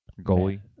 goalie